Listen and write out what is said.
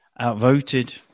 Outvoted